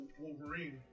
wolverine